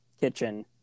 kitchen